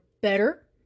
better